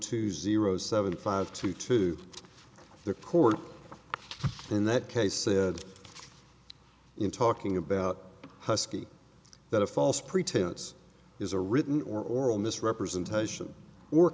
two zero seven five two two the court in that case said in talking about husky that a false pretense is a written or oral misrepresentation or